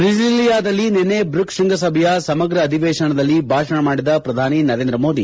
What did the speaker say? ಬ್ರಿಸಿಲಿಯಾದಲ್ಲಿ ನಿನ್ನೆ ಬ್ರಿಕ್ಸ್ ಶೃಂಗಸಭೆಯ ಸಮಗ್ರ ಅಧಿವೇಶನದಲ್ಲಿ ಭಾಷಣ ಮಾಡಿದ ಪ್ರಧಾನಿ ನರೇಂದ್ರ ಮೋದಿ